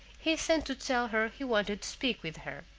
he sent to tell her he wanted to speak with her.